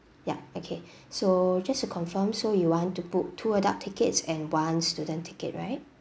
yup okay so just to confirm so you want to book two adult tickets and one student ticket right